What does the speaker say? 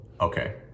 Okay